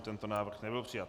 Tento návrh nebyl přijat.